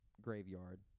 graveyard